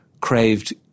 Craved